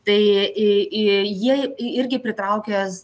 tai i i jie i irgi pritraukia s